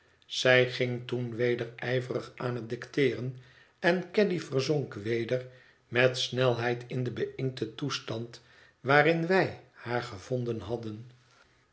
zij ging toen weder ijverig aan het dicteeren en caddy verzonk weder met snelheid in den beïnkten toestand waarin wij haar gevonden hadden